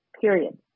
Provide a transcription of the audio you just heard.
period